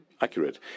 accurate